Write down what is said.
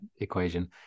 equation